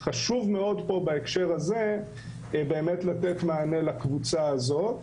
בהקשר הזה חשוב מאוד לתת מענה לקבוצה הזאת.